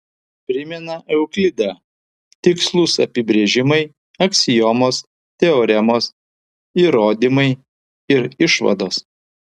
primena euklidą tikslūs apibrėžimai aksiomos teoremos įrodymai ir išvados